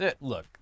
look